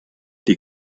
die